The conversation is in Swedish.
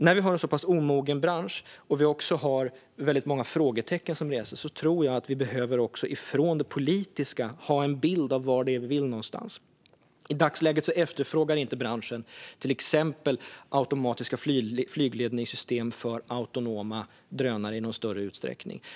När branschen nu är så pass omogen och många frågetecken reses tror jag att vi från det politiska behöver ha en bild av vad vi vill. I dagsläget efterfrågar branschen till exempel inte automatiska flygledningssystem för autonoma drönare i någon större utsträckning.